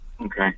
Okay